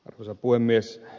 arvoisa puhemies